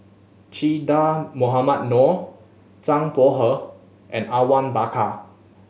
Che Dah Mohamed Noor Zhang Bohe and Awang Bakar